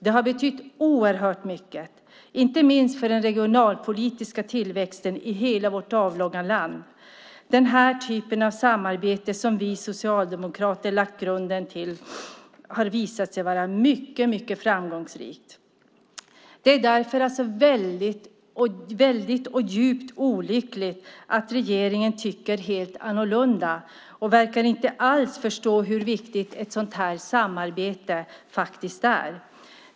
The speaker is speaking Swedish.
Det har betytt oerhört mycket, inte minst för den regionalpolitiska tillväxten i hela vårt avlånga land. Den här typen av samarbeten som vi socialdemokrater lagt grunden till har visat sig vara mycket framgångsrika. Det är därför djupt olyckligt att regeringen tycker helt annorlunda och inte alls verkar förstå hur viktigt ett sådant här samarbete är.